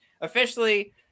officially